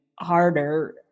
harder